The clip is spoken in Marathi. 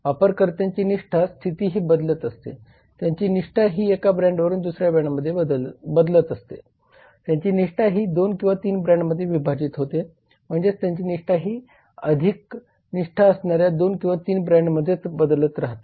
वापरकर्त्यांची निष्ठा स्थिती ही बदलत असते त्यांची निष्ठा ही एका ब्रँडवरून दुसऱ्या ब्रँडमध्ये बदलत असते त्यांची निष्ठा ही 2 किंवा 3 ब्रँडमध्ये विभाजित होते म्हणजे त्यांची निष्ठा ही अधिक निष्ठा असणाऱ्या 2 किंवा 3 ब्रँडमध्येच बदलत राहते